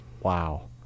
Wow